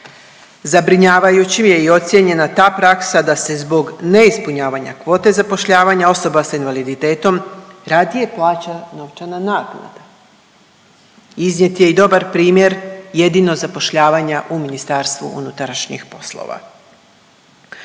Zabrinjavajuće je ocijenjena i ta praksa da se zbog neispunjavanja kvote zapošljavanja osoba sa invaliditetom radije plaća novčana naknada. Iznijet je i dobar primjer jedinog zapošljavanja u Ministarstvu unutrašnjih poslova.